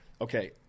okay